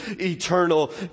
eternal